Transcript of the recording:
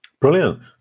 Brilliant